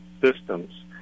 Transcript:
systems